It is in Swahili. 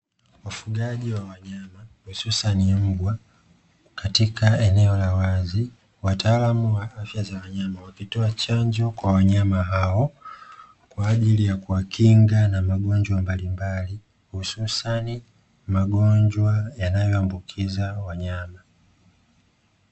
Wafugajii wa wanyama hususa ni mbwa katika eneo la wazi wataalamu wa afya za wanyama wakitoa chanjo cha wanyama hao kwajili ya kuwakinga na magonjwa mbalimbali hususa ni magonjwa yanayo ambukiza wanyama.